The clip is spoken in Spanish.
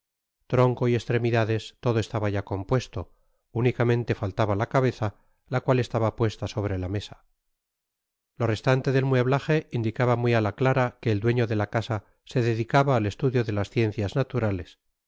tronco y estremidades todo estaba ya compuesto únicamente faltaba la cabeza la cual estaba puesta sobre la mesa lo restante del mueblaje indicaba muy á la clara que el dueño de la casa se dedicaba al estudio de las ciencias naturales